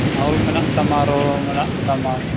ᱚᱞ ᱢᱮᱱᱟᱜ ᱛᱟᱢᱟ ᱨᱚᱲ ᱢᱮᱱᱟᱜ ᱛᱟᱢᱟ